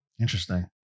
Interesting